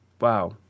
Wow